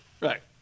Right